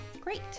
Great